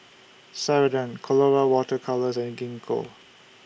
Ceradan Colora Water Colours and Gingko